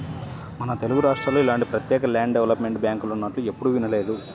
మన తెలుగురాష్ట్రాల్లో ఇలాంటి ప్రత్యేక ల్యాండ్ డెవలప్మెంట్ బ్యాంకులున్నట్లు ఎప్పుడూ వినలేదు